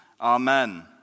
Amen